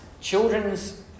children's